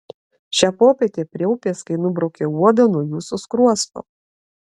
šią popietę prie upės kai nubraukiau uodą nuo jūsų skruosto